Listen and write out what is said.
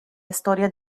historia